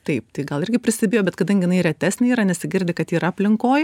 taip tai gal irgi prisibijo bet kadangi retesnė yra nesigirdi kad yra aplinkoj